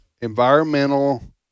environmental